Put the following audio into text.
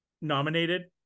nominated